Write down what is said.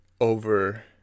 over